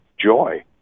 joy